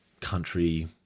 country